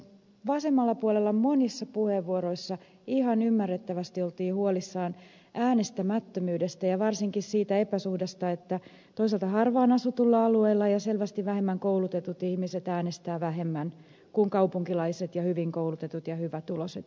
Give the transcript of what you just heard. vasemmalla puolella monissa puheenvuoroissa ihan ymmärrettävästi oltiin huolissaan äänestämättömyydestä ja varsinkin siitä epäsuhdasta että toisaalta harvaan asutulla alueella ja toisaalta selvästi vähemmän koulutetut ihmiset äänestävät vähemmän kuin kaupunkilaiset ja hyvin koulutetut ja hyvätuloiset ihmiset